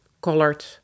colored